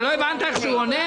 לא הבנת איך שהוא עונה.